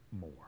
more